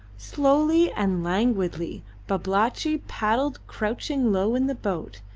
slowly and languidly babalatchi paddled, crouching low in the boat,